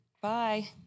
Bye